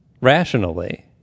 rationally